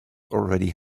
already